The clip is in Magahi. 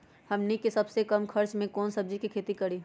हमनी के सबसे कम खर्च में कौन से सब्जी के खेती करी?